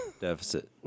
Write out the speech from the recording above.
deficit